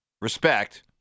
respect